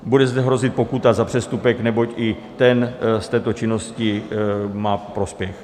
Bude zde hrozit pokuta za přestupek, neboť i ten z této činnosti má prospěch.